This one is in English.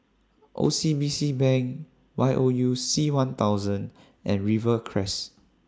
O C B C Bank Y O U C one thousand and Rivercrest